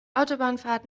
autobahnabfahrt